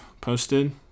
posted